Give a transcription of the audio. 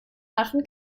machen